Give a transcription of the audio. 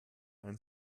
ein